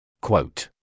Quote